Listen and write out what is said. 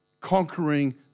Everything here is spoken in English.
conquering